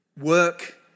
work